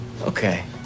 Okay